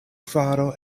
faro